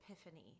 epiphany